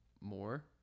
more